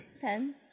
Ten